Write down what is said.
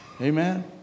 Amen